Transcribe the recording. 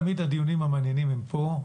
תמיד הדיונים המעניינים הם פה,